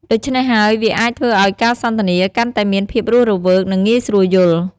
ដូច្នេះហើយវាអាចធ្វើឱ្យការសន្ទនាកាន់តែមានភាពរស់រវើក និងងាយស្រួលយល់។